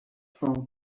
from